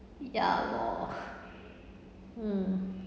ya loh mm